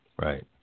Right